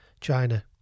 China